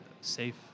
safe